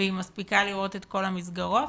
והיא מספיקה לראות את כל המסגרות?